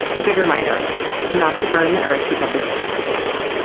a good reminder not to burn the earth because of pajamas.